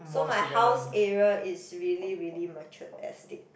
so my house area is really really matured estate